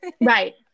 right